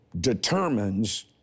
determines